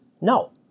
no